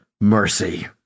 mercy